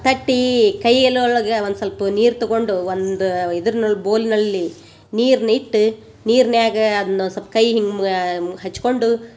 ತಟ್ಟಿ ಕೈಯಲ್ಲಿ ಒಳಗೆ ಒಂದು ಸಲ್ಪ ನೀರು ತಗೊಂಡು ಒಂದು ಇದ್ರನಲ್ಲಿ ಬೋಲ್ನಲ್ಲಿ ನೀರನ್ನ ಇಟ್ಟು ನೀರ್ನ್ಯಾಗೆ ಅದ್ನ ಸಪ್ ಕೈಯ್ ಹಿಮ್ಗಾ ಹಚ್ಕೊಂಡು